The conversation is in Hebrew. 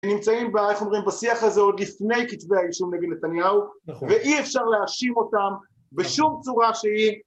נמצאים, איך אומרים, בשיח הזה עוד לפני כתבי האישום נגד נתניהו, ואי אפשר להאשים אותם בשום צורה שהיא...